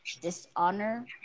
dishonor